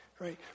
right